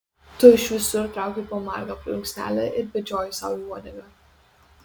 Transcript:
tu iš visur trauki po margą plunksnelę ir bedžioji sau į uodegą